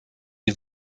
die